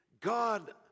God